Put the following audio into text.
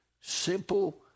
simple